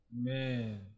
man